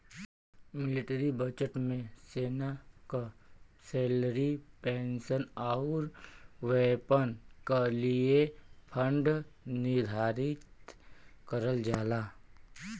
military budget में सेना क सैलरी पेंशन आउर वेपन क लिए फण्ड निर्धारित करल जाला